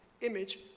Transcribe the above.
image